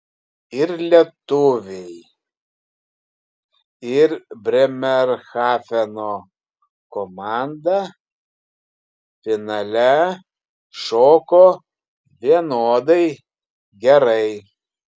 ir lietuviai ir brėmerhafeno komanda finale šoko vienodai gerai